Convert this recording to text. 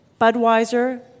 Budweiser